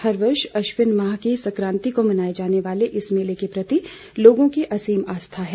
हर वर्ष अश्विन माह की संक्रान्ति को मनाए जाने वाले इस मेले के प्रति लोगों की असीम आस्था है